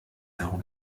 herum